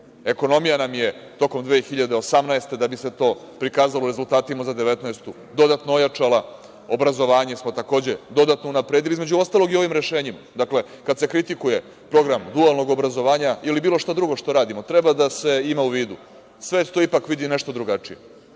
aspekta. Ekonomija nam je tokom 2018. godine, da bi se to prikazalo u rezultatima za 2019. godinu, dodatno ojačala, obrazovanje smo takođe dodatno unapredili, između ostalog, i ovim rešenjima. Dakle, kada se kritikuje program dualnog obrazovanja ili bilo šta drugo što radimo, treba da se ima u vidu - svet to ipak vidi nešto drugačije.